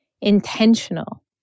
intentional